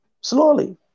Slowly